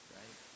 right